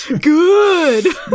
good